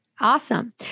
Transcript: Awesome